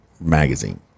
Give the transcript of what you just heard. magazine